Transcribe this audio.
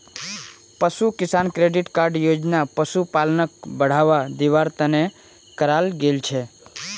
पशु किसान credit card योजना पशुपालनक बढ़ावा दिवार तने कराल गेल छे